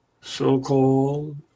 so-called